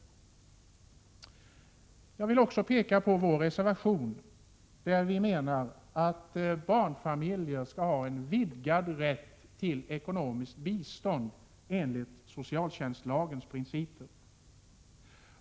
Jag vill också peka på vår reservation, i vilken vi menar att barnfamiljer skall ha vidgad rätt till ekonomiskt bistånd enligt socialtjänstens principer.